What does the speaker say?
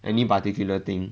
any particular thing